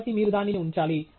కాబట్టి మీరు దానిని ఉంచాలి